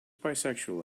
bisexual